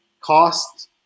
cost